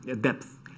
depth